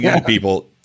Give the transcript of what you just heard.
people